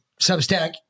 substack